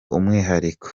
umwihariko